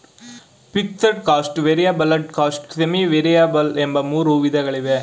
fixed cost, variable cost, semi variable ಎಂಬ ಮೂರು ವಿಧಗಳಿವೆ